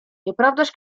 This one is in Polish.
nieprawdaż